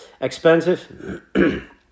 expensive